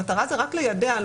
המטרה היא רק ליידע.